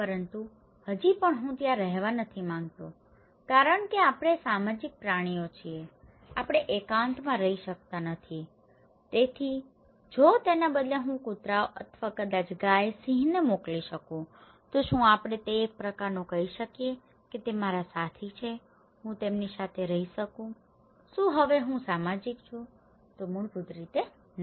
પરંતુ હજી પણ હું ત્યાં રહેવા નથી માંગતો કારણ કે કારણ કે આપણે સામાજિક પ્રાણીઓ છીએ આપણે એકાંતમાં રહી શકતા નથી તેથી જો તેના બદલે હું કુતરાઓ અથવા કદાચ ગાય સિંહને મોકલી શકું તો શું આપણે તેને એક પ્રકારનો કહી શકીએ કે તે મારા સાથી છે હું તેમની સાથે રહી શકું છું શું હવે હું સામાજિક છું મૂળભૂત રીતે ના